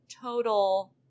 total